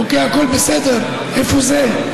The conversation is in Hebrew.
אוקיי, הכול בסדר, אבל איפה זה?